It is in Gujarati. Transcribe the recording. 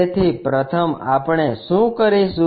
તેથી પ્રથમ આપણે શું કરીશું